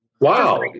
Wow